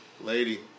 lady